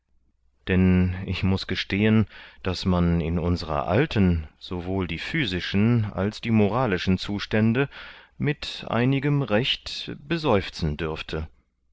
denn ich muß gestehen daß man in unserer alten sowohl die physischen als die moralischen zustände mit einigem recht beseufzen dürfte